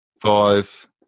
five